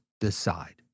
decide